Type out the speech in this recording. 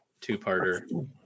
two-parter